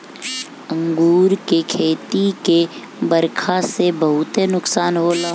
अंगूर के खेती के बरखा से बहुते नुकसान होला